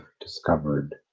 discovered